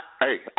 Hey